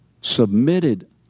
submitted